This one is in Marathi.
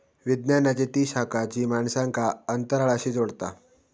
विज्ञानाची ती शाखा जी माणसांक अंतराळाशी जोडता